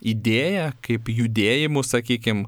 idėja kaip judėjimu sakykim